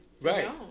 Right